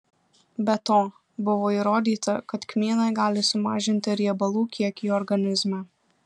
be to buvo įrodyta kad kmynai gali sumažinti riebalų kiekį organizme